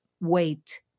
wait